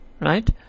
Right